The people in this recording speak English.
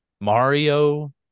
Mario